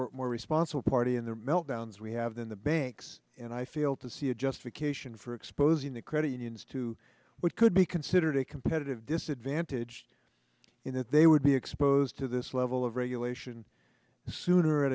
or more responsible party in their meltdowns we then the banks and i fail to see a justification for exposing the credit unions to what could be considered a competitive disadvantage in that they would be exposed to this level of regulation sooner